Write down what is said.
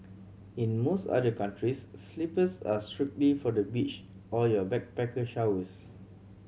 in most other countries slippers are strictly for the beach or your backpacker showers